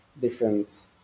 different